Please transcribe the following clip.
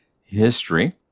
history